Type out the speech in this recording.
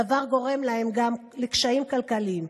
הדבר גורם להם גם לקשיים כלכליים,